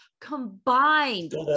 combined